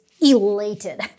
elated